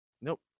nope